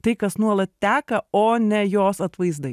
tai kas nuolat teka o ne jos atvaizdai